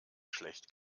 schlecht